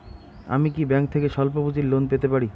আমি কি ব্যাংক থেকে স্বল্প পুঁজির লোন পেতে পারি?